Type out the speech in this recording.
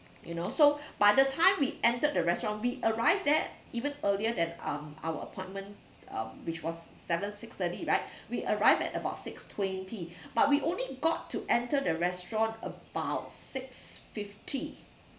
you know so by the time we entered the restaurant we arrived there even earlier than um our appointment uh which was seven six thirty right we arrived at about six twenty but we only got to enter the restaurant about six fifty